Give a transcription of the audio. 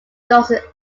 dorset